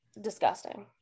disgusting